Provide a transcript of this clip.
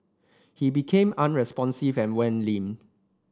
he became unresponsive and went limp